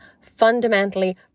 fundamentally